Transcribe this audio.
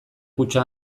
kutxa